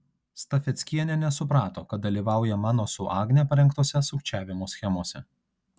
stafeckienė nesuprato kad dalyvauja mano su agne parengtose sukčiavimo schemose